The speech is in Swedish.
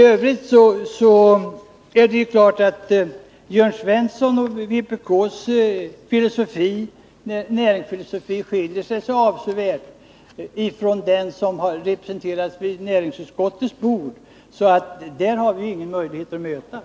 Tövrigt är det ju klart att Jörn Svenssons och vpk:s näringsfilosofi skiljer sig så avsevärt från den som representeras vid näringsutskottets bord, att vi där inte har några möjligheter att mötas.